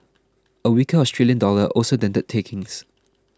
a weaker Australian dollar also dented takings